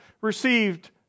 received